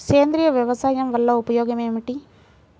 సేంద్రీయ వ్యవసాయం వల్ల ఉపయోగం ఏమిటి?